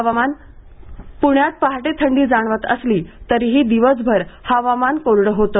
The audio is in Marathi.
हवामान पुण्यात पहाटे थंडी जाणवत असली तरीही दिवसभर हवामान कोरडे होते